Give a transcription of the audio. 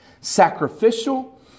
sacrificial